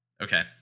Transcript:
Okay